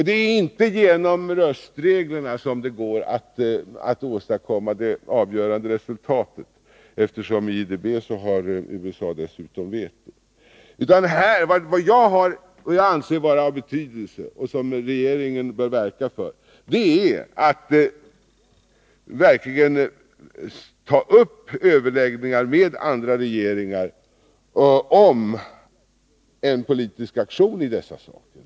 Det är inte genom röstreglerna som det går att åstadkomma det avgörande resultatet. När det gäller IDB har USA dessutom veto. Vad jag anser vara av betydelse — och vad fegeringen bör göra — är att ta upp överläggningar med andra regeringar om en politisk aktion i dessa frågor.